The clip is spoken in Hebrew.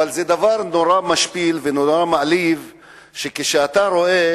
אבל זה דבר נורא משפיל ונורא מעליב כשאתה רואה